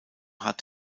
hat